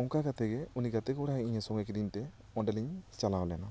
ᱚᱱᱠᱟ ᱠᱟᱛᱮᱜ ᱜᱮ ᱩᱱᱤ ᱜᱟᱛᱮ ᱠᱚᱲᱟᱭ ᱤᱧᱮ ᱥᱚᱢᱚᱭ ᱠᱤᱫᱤᱧ ᱛᱮ ᱚᱸᱰᱮ ᱞᱤᱧ ᱪᱟᱞᱟᱣ ᱞᱮᱱᱟ